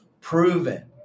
proven